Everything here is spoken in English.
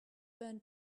burned